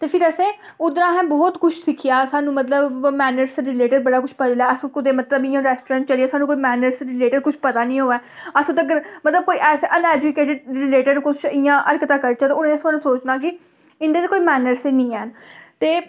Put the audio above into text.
ते फिर असें उद्धर असें बहुत कुछ सिक्खेआ सानूं मतलब मैनर्स दे रिलेटेड बड़ा कुछ पता चलेआ अस कुतै मतलब इयां रेस्टोरेंट चली गे सानूं कोई मैनर्स दे रिलेटेड कुछ पता निं होऐ अस उद्धर मतलब कोई ऐसे अनएजुकेटड रिलेटेड कुछ इ'यां हरकतां करचै ते उ'नें सोचना कि इं'दे च कोई मैनर्स गै निं हैन ते